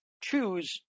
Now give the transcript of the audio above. choose